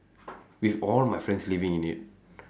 with all my friends living in it